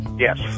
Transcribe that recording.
Yes